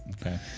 Okay